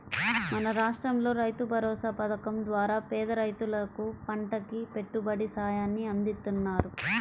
మన రాష్టంలో రైతుభరోసా పథకం ద్వారా పేద రైతులకు పంటకి పెట్టుబడి సాయాన్ని అందిత్తన్నారు